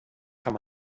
kann